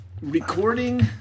Recording